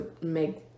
make